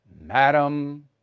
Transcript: madam